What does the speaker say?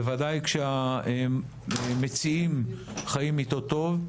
בוודאי כאשר המציעים חיים איתו טוב.